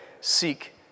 Seek